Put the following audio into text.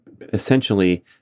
essentially